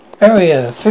Area